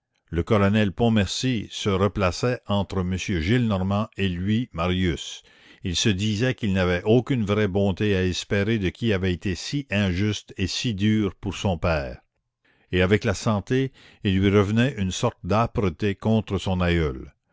le colonel pontmercy se replaçait entre m gillenormand et lui marius il se disait qu'il n'avait aucune vraie bonté à espérer de qui avait été si injuste et si dur pour son père et avec la santé il lui revenait une sorte d'âpreté contre son aïeul